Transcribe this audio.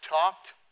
talked